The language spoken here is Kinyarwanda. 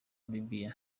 liberiya